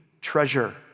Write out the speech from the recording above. treasure